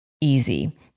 easy